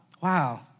Wow